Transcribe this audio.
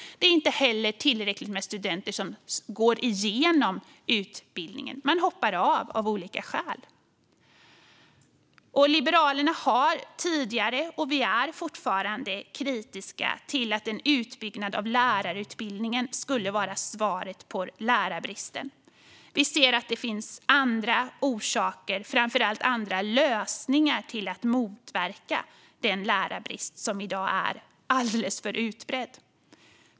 Det är inte heller tillräckligt många studenter som går hela utbildningen. Av olika skäl hoppar de av. Liberalerna har tidigare varit, och vi är fortfarande, kritiska till att en utbyggnad av lärarutbildningen skulle vara svaret på lärarbristen. Vi ser att det finns andra orsaker till lärarbristen som i dag är alldeles för utbredd och framför allt andra lösningar till att motverka bristen.